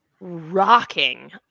rocking